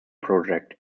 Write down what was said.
project